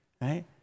right